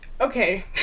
Okay